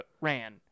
ran